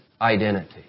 identity